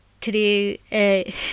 Today